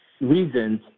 reasons